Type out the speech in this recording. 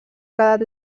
quedat